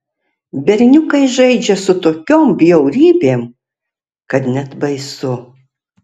berniukai žaidžia su tokiom bjaurybėm kad net baisu